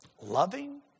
loving